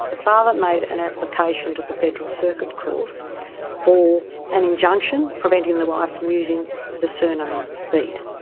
the father made an application to the federal circuit court for an injunction preventing the wife from using the surname bede.